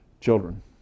Children